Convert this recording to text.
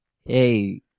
hey